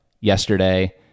yesterday